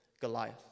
Goliath